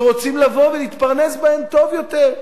שרוצים לבוא ולהתפרנס בהן טוב יותר.